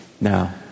Now